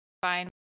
fine